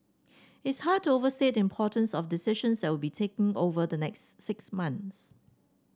it's hard to overstate the importance of the decisions that will be taken over the next six months